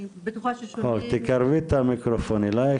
כן,